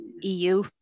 EU